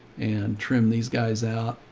and trim these guys out.